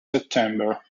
september